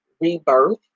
rebirth